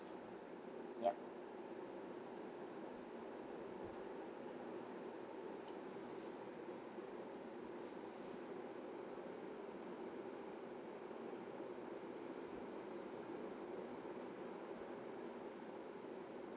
yup